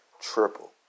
triple